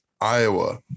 Iowa